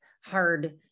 hard